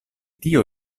tio